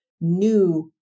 new